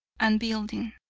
and building.